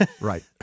Right